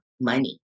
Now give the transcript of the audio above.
money